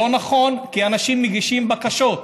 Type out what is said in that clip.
לא נכון כי אנשים מגישים בקשות.